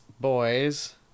boys